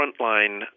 frontline